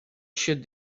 should